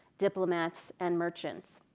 diplomats and merchants.